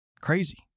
crazy